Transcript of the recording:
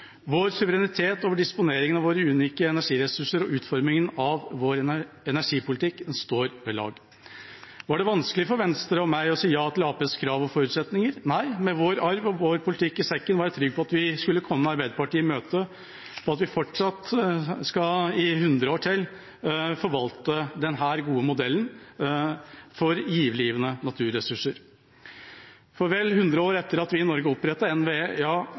Vår suverenitet over disponeringen av våre unike energiressurser og utformingen av vår energipolitikk står ved lag. Var det vanskelig for Venstre og meg å si ja til Arbeiderpartiets krav og forutsetninger? Nei, med vår arv og vår politikk i sekken var jeg trygg på at vi skulle komme Arbeiderpartiet i møte, på at vi fortsatt, i 100 år til, skal forvalte denne gode modellen for livgivende naturressurser. Vel 100 år etter at vi i Norge opprettet NVE,